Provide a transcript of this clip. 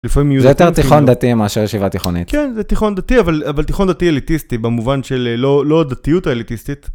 זה יותר תיכון דתי מאשר ישיבה תיכונית. כן זה תיכון דתי אבל תיכון דתי אליטיסטי במובן של לא דתיות אליטיסטית.